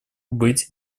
быть